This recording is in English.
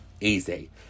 easy